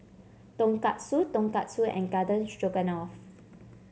Tonkatsu Tonkatsu and Garden Stroganoff